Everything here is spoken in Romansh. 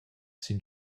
sin